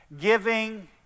giving